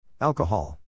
Alcohol